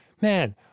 man